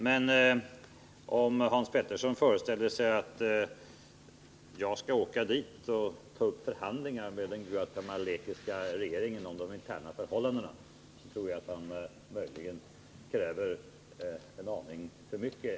Men om Hans Petersson i Hallstahammar föreställer sig att jag skulle åka dit och ta upp förhandlingar med den guatemalanska regeringen om de interna förhållandena kräver han nog en aning för mycket.